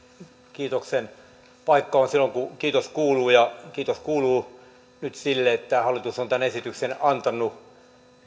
kiitoksen paikka on silloin kun kiitos kuuluu ja kiitos kuuluu nyt sille että tämä hallitus on tämän esityksen antanut